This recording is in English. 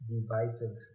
divisive